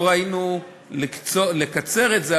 לא ראינו לנכון לקצר את זה,